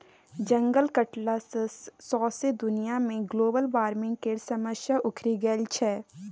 जंगल कटला सँ सौंसे दुनिया मे ग्लोबल बार्मिंग केर समस्या उखरि गेल छै